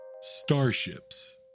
starships